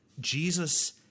Jesus